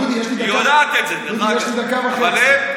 חבר'ה, תנו לי, יש לי דקה וחצי.